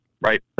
Right